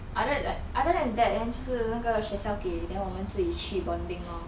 other like other than that then 是那个学校给 then 我们自己去 bonding lor